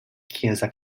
chiesa